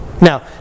Now